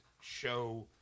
show